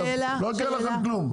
לא יקרה לכם כלום.